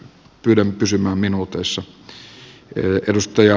pyydän pysymään minuutissa